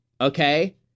Okay